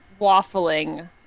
waffling